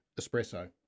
espresso